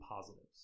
positives